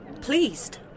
Pleased